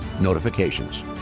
notifications